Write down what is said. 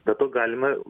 be to galima